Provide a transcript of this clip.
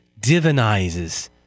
divinizes